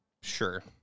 Sure